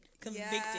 convicted